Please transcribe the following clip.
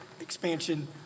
expansion